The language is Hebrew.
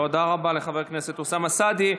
תודה רבה לחבר הכנסת אוסאמה סעדי.